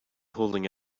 holding